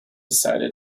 decided